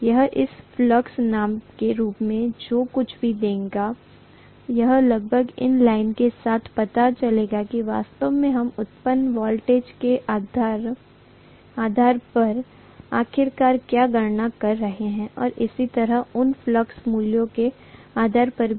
यह फ्लक्स मान के रूप में जो कुछ भी देगा वह लगभग इन लाइन के साथ पता चलेगा कि वास्तव में हम उत्तपन वोल्टेज के आधार पर आखिरकार क्या गणना कर रहे हैं और उसी तरह उन फ्लक्स मूल्यों के आधार पर भी